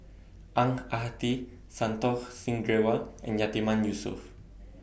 Ang Ah Tee Santokh Singh Grewal and Yatiman Yusof